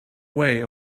way